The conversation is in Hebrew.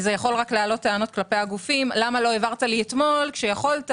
זה יכול רק להעלות טענות כלפי הגופים: למה לא העברת לי אתמול כשיכולת?